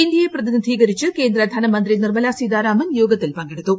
ഇന്ത്യയെ പ്രതിനിധീകരിച്ച് കേന്ദ്ര ധനമന്ത്രി നിർമ്മലാ സീതാരാമൻ യോഗത്തിൽ പങ്കെടുത്തു